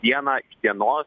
dieną iš dienos